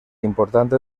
importante